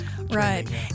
right